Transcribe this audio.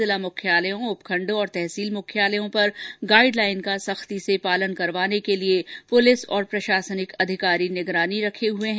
जिला मुख्यालयों उपखंड और तहसील मुख्यालयों पर गाइडलाइन का सख्ती से पालन करवाने के लिए पुलिस और प्रशासनिक अधिकारी निगरानी रखे हुए हैं